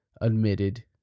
admitted